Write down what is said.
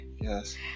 Yes